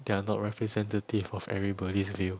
they are not representative of everybody's view